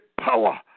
power